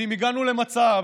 ואם הגענו למצב